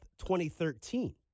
2013